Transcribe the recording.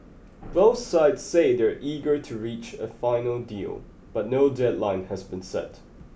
both sides say they are eager to reach a final deal but no deadline has been set